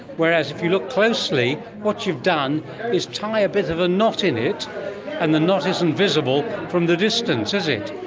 whereas if you look closely, what you've done is tie a bit of a knot in it and the knot is invisible from the distance, is it?